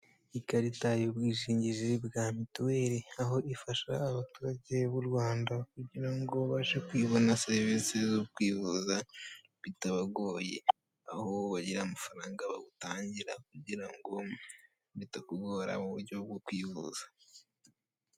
Ikaritq y'ubwishigizi bwa mituweli, aho ifasha abaturange b' u Rwanda kugirango babashe kubona serivise zo kwivuza bitabagoye. Aho bagira amafaranga bagutajyira kugingo, bitakugora mu buryo bwo kwivuza.